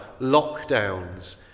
lockdowns